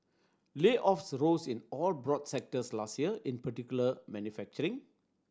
layoffs rose in all broad sectors last year in particular manufacturing